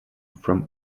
from